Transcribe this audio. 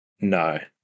No